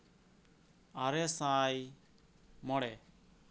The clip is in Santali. ᱟᱨᱮ ᱥᱟᱭ ᱢᱚᱬᱮ